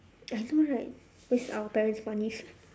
I know right waste our parents' money